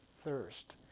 thirst